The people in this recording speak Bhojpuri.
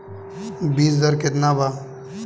बीज दर केतना बा?